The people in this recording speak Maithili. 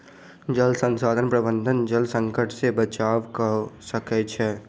जल संसाधन प्रबंधन जल संकट से बचाव कअ सकै छै